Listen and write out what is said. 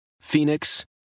Phoenix